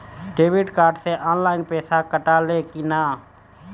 Debit card से online पैसा कटा ले कि ना?